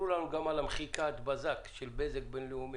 גם על מחיקת הבזק של חברת בזק בינלאומי.